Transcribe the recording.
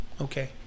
Okay